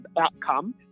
outcome